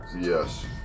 Yes